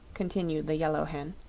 continued the yellow hen,